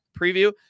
preview